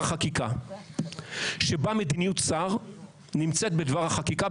חקיקה שבה מדיניות שר נמצאת בדבר החקיקה,